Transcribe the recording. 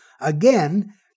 Again